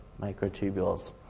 microtubules